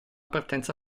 partenza